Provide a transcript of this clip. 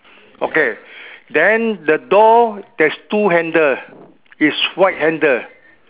okay then the door there's two handle is white handle